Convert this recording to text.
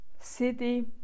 city